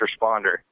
responder